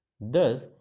thus